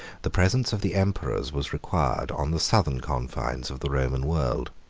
the presence of the emperors was required on the southern confines of the roman world.